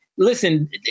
Listen